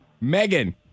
Megan